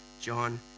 John